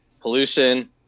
pollution